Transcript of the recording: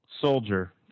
soldier